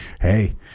hey